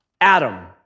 Adam